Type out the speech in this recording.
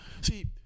see